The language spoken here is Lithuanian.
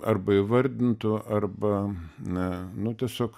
arba įvardintų arba na nu tiesiog